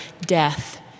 death